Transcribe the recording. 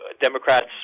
Democrats